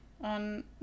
on